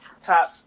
top